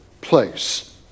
place